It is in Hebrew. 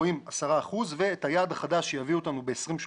רואים 10 אחוזים ואת היעד החדש שיביא אותנו ב-2030.